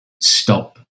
stop